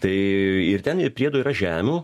tai ir ten ir priedo yra žemių